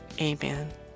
Amen